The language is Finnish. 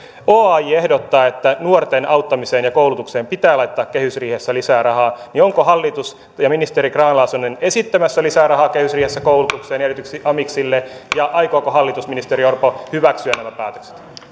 oaj ehdottaa että nuorten auttamiseen ja koulutukseen pitää laittaa kehysriihessä lisää rahaa onko hallitus ja ministeri grahn laasonen esittämässä lisää rahaa kehysriihessä koulutukseen ja erityisesti amiksille ja aikooko hallitus ministeri orpo hyväksyä nämä päätökset